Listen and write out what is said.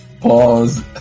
Pause